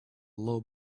little